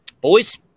Boys